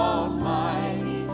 Almighty